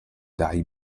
dai